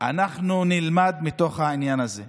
אנחנו נלמד מתוך העניין הזה,